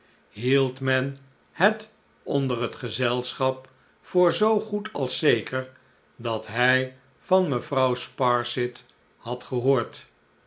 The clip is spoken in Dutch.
hield men het onder het gezelschap voor zoo goed als zeker dat hij van mevrouw sparsit had gehoord